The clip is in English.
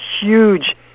huge